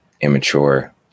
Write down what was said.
immature